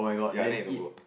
ya then you don't go